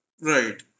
Right